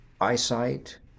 eyesight